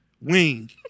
wing